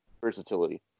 versatility